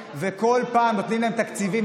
כל פעם נותנים להם תקציבים,